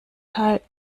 teil